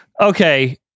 Okay